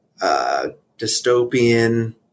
dystopian